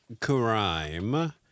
Crime